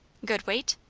good weight?